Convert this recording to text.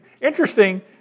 Interesting